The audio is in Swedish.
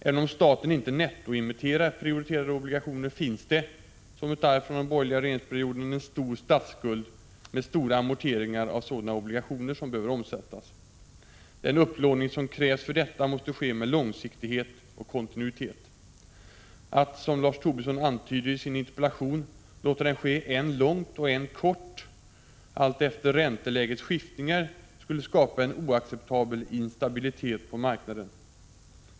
Även om staten inte nettoemitterar prioriterade obligationer finns det — som ett arv från den borgerliga regeringsperioden — en stor statsskuld med stora amorteringar av sådana obligationer som behöver omsättas. Den upplåning som krävs för detta måste ske med långsiktighet och kontinuitet. Att, som Lars Tobisson antyder i sin interpellation, låta den ske än långsiktigt än kortsiktigt alltefter räntelägets skiftningar skulle skapa en oacceptabel instabilitet på marknaden.